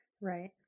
right